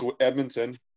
Edmonton